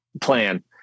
plan